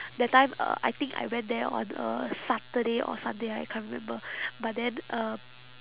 that time uh I think I went there on a saturday or sunday I can't remember but then um